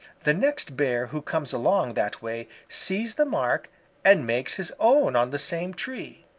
the next bear who comes along that way sees the mark and makes his own on the same tree.